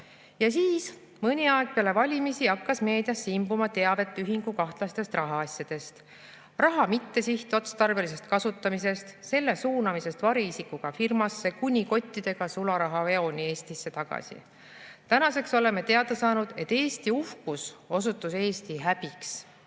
Ja siis mõni aeg peale valimisi hakkas meediasse imbuma teavet ühingu kahtlastest rahaasjadest, raha mittesihtotstarbelisest kasutamisest, selle suunamisest variisikuga firmasse, kuni kottidega sularahaveoni Eestisse tagasi. Tänaseks oleme teada saanud, et Eesti uhkus osutus Eesti häbiks,